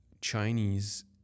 Chinese